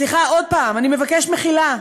"סליחה, עוד פעם, אני מבקש מחילה,